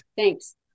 Thanks